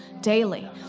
daily